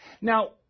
Now